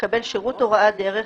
לקבל שירות הוראת דרך,